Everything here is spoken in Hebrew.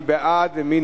מי בעד ומי